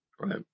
Right